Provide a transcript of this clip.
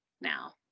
now